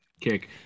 kick